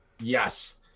Yes